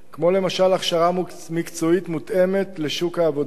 כמו למשל הכשרה מקצועית מותאמת לשוק העבודה,